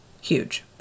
huge